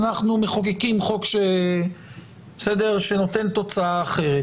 אנחנו מחוקקים חוק שנותן תוצאה אחרת.